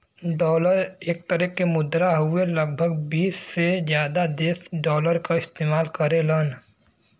dollar एक तरे क मुद्रा हउवे लगभग बीस से जादा देश डॉलर क इस्तेमाल करेलन